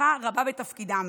הצלחה רבה בתפקידם.